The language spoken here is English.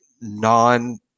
non-